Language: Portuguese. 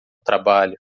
trabalho